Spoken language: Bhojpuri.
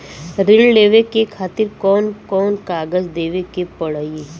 ऋण लेवे के खातिर कौन कोन कागज देवे के पढ़ही?